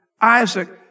Isaac